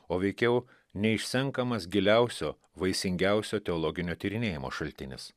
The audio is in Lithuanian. o veikiau neišsenkamas giliausio vaisingiausio teologinio tyrinėjimo šaltinis